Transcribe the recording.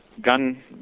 gun